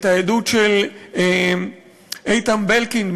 את העדות של איתן בלקינד,